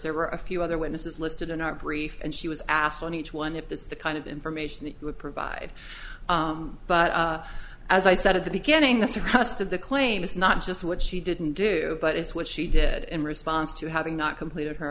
there were a few other witnesses listed in our brief and she was asked on each one if that's the kind of information it would provide but as i said at the beginning the thrust of the claim is not just what she didn't do but it's what she did in response to having not completed her